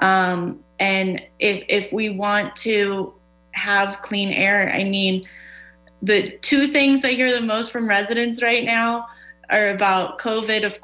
and if we want to have clean air i mean the two things that you're the most from residents right now are about cove it of